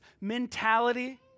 mentality